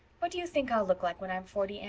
what do you think i'll look like when i'm forty, anne?